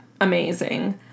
amazing